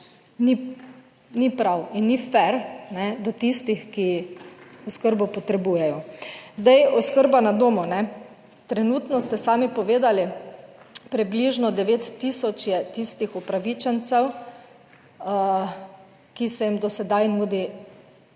ni prav in ni fer do tistih, ki oskrbo potrebujejo. Oskrba na domu, trenutno, ste sami povedali, približno 9 tisoč je tistih upravičencev, ki se jim do sedaj nudi